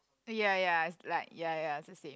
ya ya is like ya ya just same